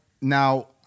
now